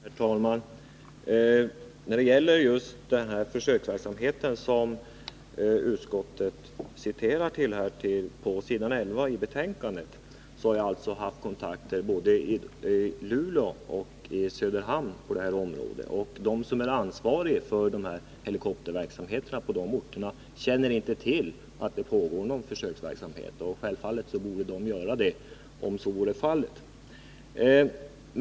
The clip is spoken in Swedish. Herr talman! När det gäller just denna försöksverksamhet, som utskottet hänvisar till på s. 11 i betänkandet, har jag alltså haft kontakter både i Luleå och i Söderhamn. De som är ansvariga för denna helikopterverksamhet på de här orterna känner inte till att det pågår någon försöksverksamhet. Självfallet borde de göra det, om så vore fallet.